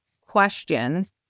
questions